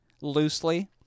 loosely